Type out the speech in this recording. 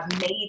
made